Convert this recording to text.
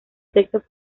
sexo